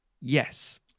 yes